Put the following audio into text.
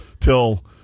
till